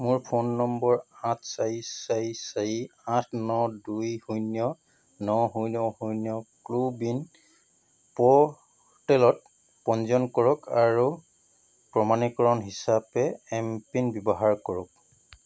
মোৰ phone number আঠ চাৰি চাৰি চাৰি আঠ ন দুই শূন্য ন শূন্য শূন্য কো ৱিন প'ৰ্টেলত পঞ্জীয়ন কৰক আৰু প্ৰমাণীকৰণ হিচাপে এম পিন ব্যৱহাৰ কৰক